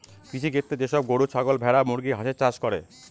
কৃষিক্ষেত্রে যে সব গরু, ছাগল, ভেড়া, মুরগি, হাঁসের চাষ করে